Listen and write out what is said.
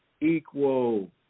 equal